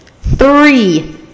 Three